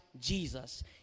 Jesus